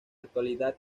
actualidad